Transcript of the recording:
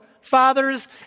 fathers